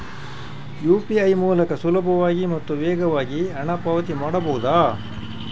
UPI ಮೂಲಕ ಸುಲಭವಾಗಿ ಮತ್ತು ವೇಗವಾಗಿ ಹಣ ಪಾವತಿ ಮಾಡಬಹುದಾ?